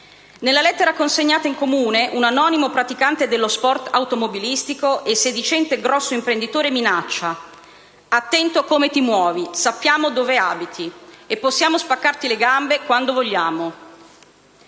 Nella lettera consegnata in Comune, un anonimo praticante dello sport automobilistico e sedicente importante imprenditore minaccia: «Attento a come ti muovi. Sappiamo dove abiti e possiamo spaccarti le gambe quando vogliamo».